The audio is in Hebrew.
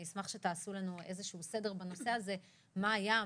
אני אשמח שתעשו לנו סדר בנושא הזה מה היה,